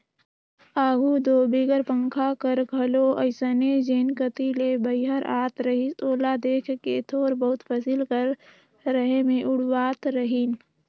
आघु दो बिगर पंखा कर घलो अइसने जेन कती ले बईहर आत रहिस ओला देख के थोर बहुत फसिल कर रहें मे उड़वात रहिन